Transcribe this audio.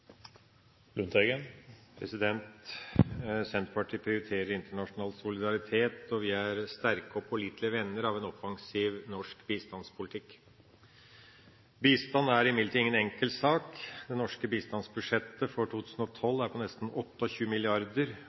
sterke og pålitelige venner av en offensiv norsk bistandspolitikk. Bistand er imidlertid ingen enkel sak. Det norske bistandsbudsjettet for 2012 er på nesten